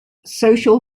social